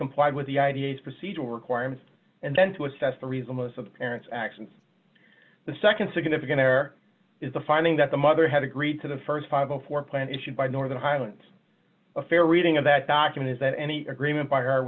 complied with the i d f procedural requirements and then to assess the reason most of the parents actions the nd significant there is the finding that the mother had agreed to the st five before plan issued by northern highlands a fair reading of that document is that any agreement by her